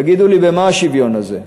תגידו לי, במה השוויון הזה?